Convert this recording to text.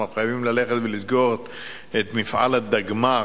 אנחנו חייבים ללכת ולסגור את מפעל הדגמ"ח,